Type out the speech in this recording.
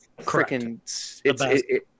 freaking